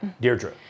Deirdre